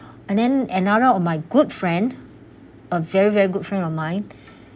and then another of my good friend a very very good friend of mine